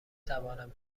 توانم